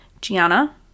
Gianna